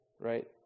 right